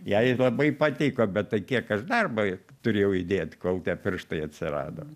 jai labai patiko bet tai kiek aš darbo turėjau įdėt kol tie pirštai atsirado